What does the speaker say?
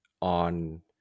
on